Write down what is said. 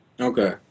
Okay